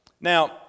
Now